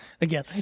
again